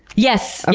yes,